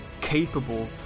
capable